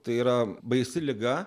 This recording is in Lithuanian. tai yra baisi liga